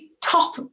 top